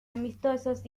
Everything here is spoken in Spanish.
amistosos